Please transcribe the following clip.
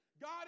God